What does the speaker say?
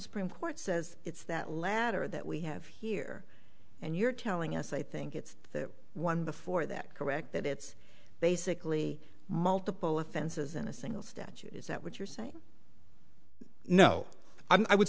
supreme court says it's that latter that we have here and you're telling us i think it's the one before that correct that it's basically multiple offenses in a single statute is that what you're saying no i would